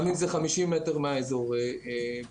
גם אם זה 50 מטרים מאזור המגורים.